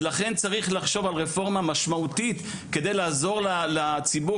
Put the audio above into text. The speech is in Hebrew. ולכן צריך לחשוב על רפורמה משמעותית כדי לעזור לציבור